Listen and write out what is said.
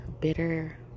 bitter